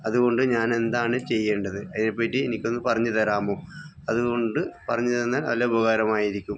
അതു കൊണ്ട് ഞാനെന്താണ് ചെയ്യേണ്ടത് അതിനെപ്പറ്റി എനിക്കൊന്നു പറഞ്ഞു തരാമോ അതു കൊണ്ട് പറഞ്ഞു തന്നാൽ നല്ല ഉപകാരമായിരിക്കും